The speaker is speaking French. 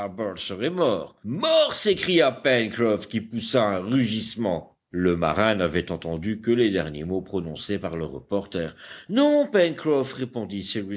serait mort mort s'écria pencroff qui poussa un rugissement le marin n'avait entendu que les derniers mots prononcés par le reporter non pencroff répondit